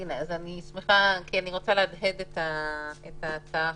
אני רוצה להדהד את ההצעה האחרונה.